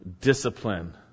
discipline